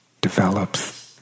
develops